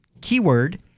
keyword